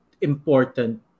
important